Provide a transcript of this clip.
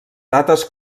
dates